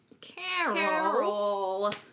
Carol